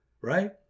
right